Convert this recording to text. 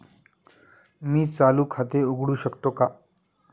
मी चालू खाते उघडू शकतो का?